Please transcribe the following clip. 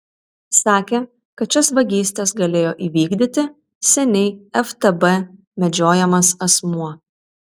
sakė kad šias vagystes galėjo įvykdyti seniai ftb medžiojamas asmuo